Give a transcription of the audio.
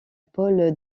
paul